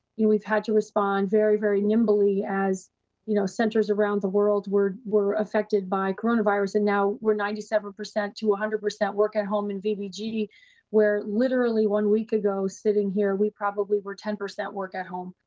and we've had to respond, very, very nimbley as you know centers around the world were were affected by coronavirus, and now, we're ninety seven percent to one ah hundred percent work at home in vbg you know where, literally, one week ago sitting here we probably were ten percent work at home.